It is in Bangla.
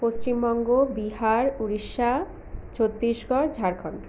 পশ্চিমবঙ্গ বিহার উড়িষ্যা ছত্তিশগড় ঝাড়খন্ড